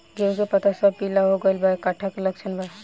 गेहूं के पता सब पीला हो गइल बा कट्ठा के लक्षण बा?